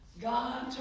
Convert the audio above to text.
God